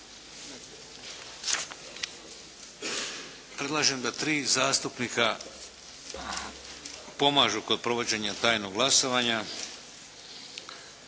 Predlažem da tri zastupnika pomažu kod provođenja tajnog glasovanja.